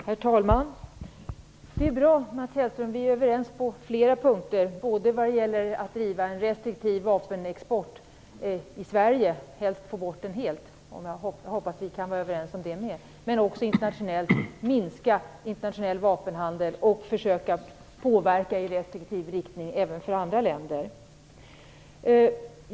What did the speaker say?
Herr talman! Det är bra, Mats Hellström. Vi är överens på flera punkter. Vi skall driva en restriktiv vapenexport i Sverige. Helst skall vi få bort den helt; jag hoppas att vi kan vara överens om det också. Vi skall även försöka minska den internationella vapenhandeln och försöka påverka andra länder i en restriktiv riktning. Herr talman!